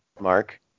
mark